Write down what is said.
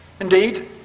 Indeed